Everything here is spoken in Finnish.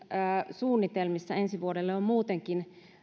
suunnitelmissa ensi vuodelle on muutenkin